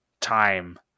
time